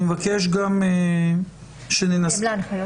לפי הנחיות